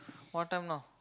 what time now